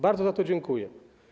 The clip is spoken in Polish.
Bardzo za to dziękuję.